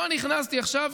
לא נכנסתי עכשיו,